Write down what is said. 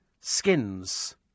skins